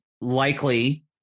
likely